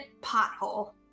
pothole